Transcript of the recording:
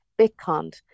Bitcoin